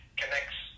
connects